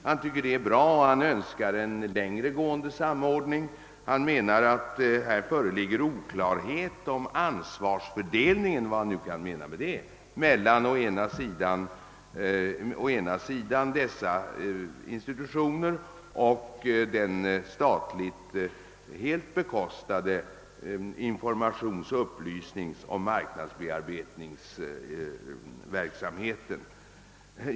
Han tycker att det är bra och önskar en längre gående samordning. Han menar att det föreligger oklarhet beträffande ansvarsfördelningen — vad han nu kan avse med det — mellan å ena sidan dessa institutioner och å andra sidan den helt statligt bekostade informations-, upplysningsoch marknadsbearbetningsverksamheten.